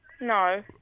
No